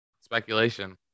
Speculation